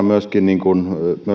myöskin saada